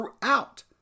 throughout